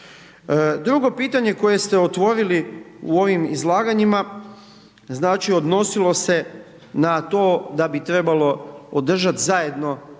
Drugo pitanje koje ste otvorili u ovim izlaganjima, znači odnosilo se na to da bi trebalo održat zajedno,